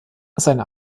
seine